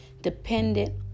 dependent